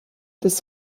des